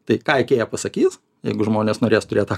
tai ką ikėja pasakys jeigu žmonės norės turėt tą